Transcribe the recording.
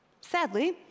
sadly